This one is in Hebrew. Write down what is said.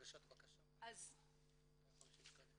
הגשת בקשה 250 שקלים,